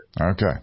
Okay